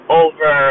over